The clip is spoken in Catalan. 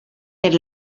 per